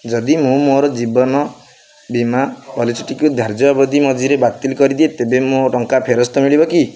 ଯଦି ମୁଁ ମୋର ଜୀବନ ବୀମା ପଲିସିଟିକୁ ଧାର୍ଯ୍ୟ ଅବଧିର ମଝିରେ ବାତିଲ୍ କରିଦିଏ ତେବେ ମୋତେ ମୋ ଟଙ୍କା ଫେରସ୍ତ ମିଳିବ କି